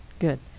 good.